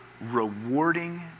rewarding